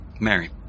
Mary